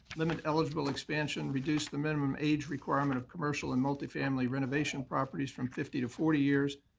limit eligible expansion, reduce the minimum age requirement of commercial and multifamily renovation properties from fifty to forty years,